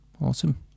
Awesome